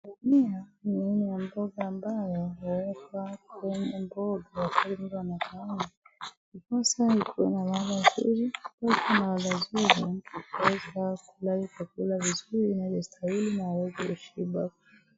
Dania ni aina ya mboga ambayo huwekwa kwenye mboga wakati mtu anakaanga ndiposa ikuwe na ladha nzuri huweza kula chakula vizuri inavyostahili na huweza kushiba.